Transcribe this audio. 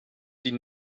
die